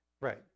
Right